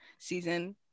season